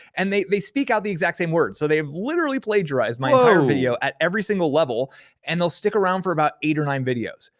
and they they speak out the exact same words. so they literally plagiarize my entire um video at every single level and they'll stick around for about eight or nine videos,